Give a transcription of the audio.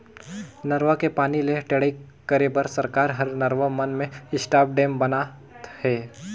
नरूवा के पानी ले टेड़ई करे बर सरकार हर नरवा मन में स्टॉप डेम ब नात हे